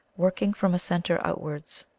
working from a centre out wards.